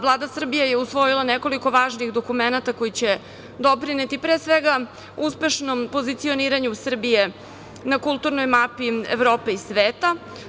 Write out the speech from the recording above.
Vlada Srbije je usvojila nekoliko važnih dokumenata koji će doprineti pre svega uspešnom pozicioniranju Srbije na kulturnoj mapi Evrope i sveta.